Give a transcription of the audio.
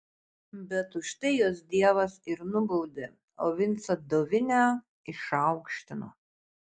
bet už tai juos dievas ir nubaudė o vincą dovinę išaukštino